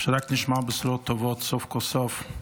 ושרק נשמע בשורות טובות סוף כל סוף.